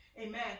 Amen